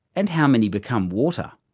and how many become water?